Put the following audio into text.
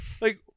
like-